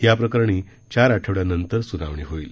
याप्रकरणी चार आठवड्यांनंतर सुनावणी होईल